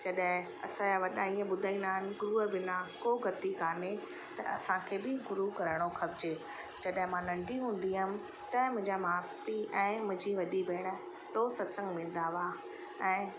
जॾहिं असांजा वॾा हीअं ॿुधाईंदा आहिनि गुरु बिना को बि गति काने त असांखे बि गुरु करिणो खपिजे जॾहिं मां नंढी हूंदी हुअमि त मुंहिंजा माउ पीउ ऐं मुंहिंजी वॾी भेण रोज़ु सतसंग वेंदा हुआ